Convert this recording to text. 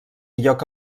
lloc